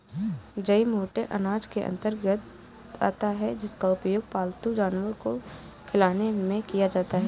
जई मोटे अनाज के अंतर्गत आता है जिसका उपयोग पालतू जानवर को खिलाने में किया जाता है